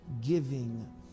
giving